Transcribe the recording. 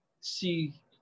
see